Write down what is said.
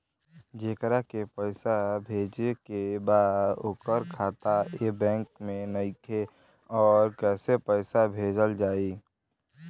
जेकरा के पैसा भेजे के बा ओकर खाता ए बैंक मे नईखे और कैसे पैसा भेजल जायी?